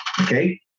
okay